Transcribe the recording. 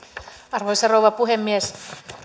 arvoisa rouva puhemies